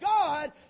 God